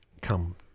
come